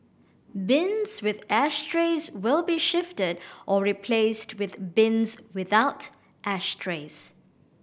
bins with ashtrays will be shifted or replaced with bins without ashtrays